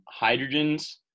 hydrogens